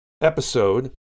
episode